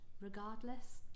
regardless